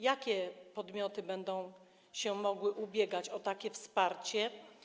Jakie podmioty będą się mogły ubiegać o takie wsparcie?